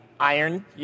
iron